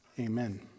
Amen